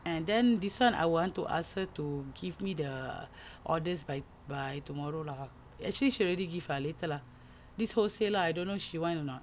and then this one I want to ask her to give me the orders by by tomorrow lah actually she already give ah later lah this wholesale lah I don't know she want or not